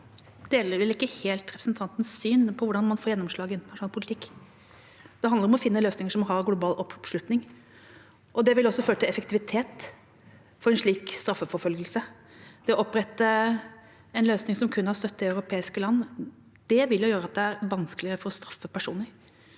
deler vel ikke helt representantens syn på hvordan man får gjennomslag i internasjonal politikk. Det handler om å finne løsninger som har global oppslutning, og det vil også føre til effektivitet ved en slik straffeforfølgelse. Det å opprette en løsning som kun har støtte i europeiske land, vil gjøre det vanskeligere å få straffet personer,